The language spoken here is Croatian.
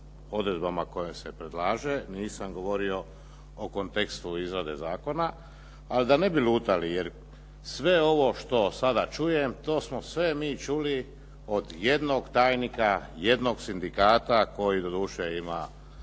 odredbama koje se predlaže, nisam govorio o kontekstu izrade zakona, a da ne bi lutali jer sve ovo što sada čujem, to smo sve mi čuli od jednog tajnika, jednog sindikata koji doduše ima